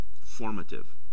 formative